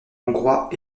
hongrois